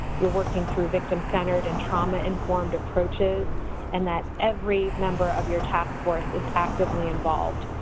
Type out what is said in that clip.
you're working through victim-centered and trauma-informed approaches and that every member of your task force is actively involved.